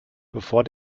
bevor